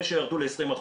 זה שירדו ל-20%,